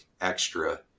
extra